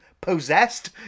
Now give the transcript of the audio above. possessed